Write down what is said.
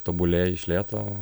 tobulėji iš lėto